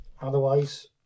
Otherwise